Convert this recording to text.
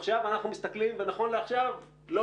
עכשיו אנחנו מסתכלים ונכון לעכשיו לא